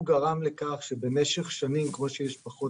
הוא גרם לכך שבמשך שנים כמו שיש פחות